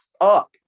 up